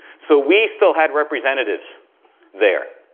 so, we still had representatives there.